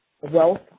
wealth